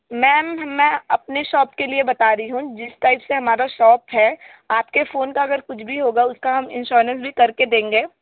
ma'am मैं अपने shop के लिए बता रही हूँ जिस टाइप से हमारा शॉप है आपके फ़ोन का अगर कुछ भी होगा उसका हम इंश्योरेंस भी कर के देंगे